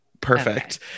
Perfect